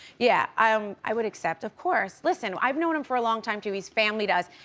yeah, i um i would accept, of course. listen, i've known him for a long time too, he's family to us.